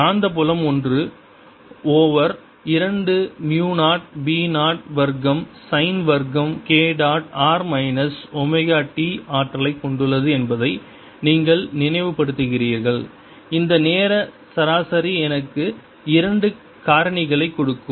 காந்தப்புலம் ஒன்று ஓவர் இரண்டு மு 0 b 0 வர்க்கம் சைன் வர்க்கம் k dot r minus omega t ஆற்றலைக் கொண்டுள்ளது என்பதை நீங்கள் நினைவுபடுத்துகிறீர்கள் இந்த நேர சராசரி எனக்கு இரண்டு காரணிகளைக் கொடுக்கும்